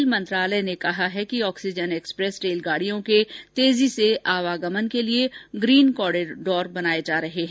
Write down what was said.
rail मंत्रालय ने कहा है कि ऑक्सीजन एक्सप्रेस रेलगाडियों के तेजी से आवागमन के लिए ग्रीन कॉरिडोर बनाए जा रहे हैं